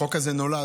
החוק הזה נולד,